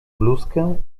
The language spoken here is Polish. bluzkę